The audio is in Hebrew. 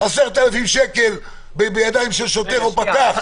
10,000 שקל ביד של שוטר או פקח.